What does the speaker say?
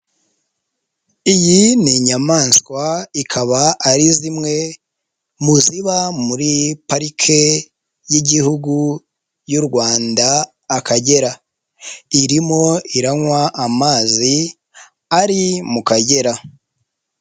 Iyi ni inyamaswa ikaba ari zimwe mu ziba muri parike y'Igihugu y'u Rwanda Akagera, irimo iranywa amazi ari mu Kagera.